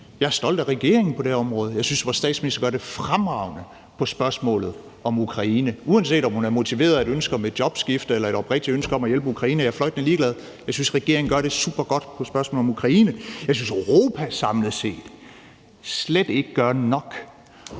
Jeg er stolt af regeringen på det her område. Jeg synes, vores statsminister gør det fremragende på spørgsmålet om Ukraine, uanset om hun er motiveret af et ønske om et jobskifte eller et oprigtigt ønske om at hjælpe Ukraine. Jeg er fløjtende ligeglad. Jeg synes, regeringen gør det supergodt på spørgsmålet om Ukraine. Jeg synes, at Europa samlet set slet ikke gør nok,